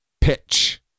Pitch